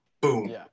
boom